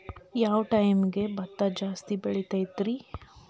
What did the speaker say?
ಯಾವ ಟೈಮ್ಗೆ ಭತ್ತ ಜಾಸ್ತಿ ಬೆಳಿತೈತ್ರೇ?